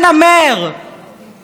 העם הרבה יותר מתון מכם,